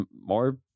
more